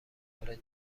خارج